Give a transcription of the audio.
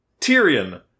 Tyrion